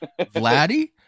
Vladdy